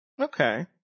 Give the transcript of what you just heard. okay